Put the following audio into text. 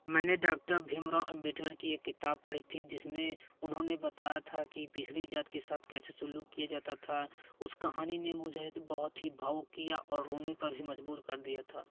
मैंने डाक्टर भीमराव अंबेडकर की एक किताब पढ़ी थी जिसमें उन्होंने बताया था कि पिछड़ी जात के साथ कैसे सुलूक किया जाता था उस कहानी ने मुझे बहुत ही भावुक किया और रोने पर भी मजबूर कर दिया था